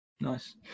nice